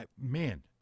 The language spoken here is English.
Man